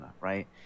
right